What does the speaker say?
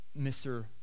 Mr